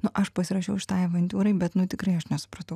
nu aš pasirašiau šitai avantiūrai bet nu tikrai aš nesupratau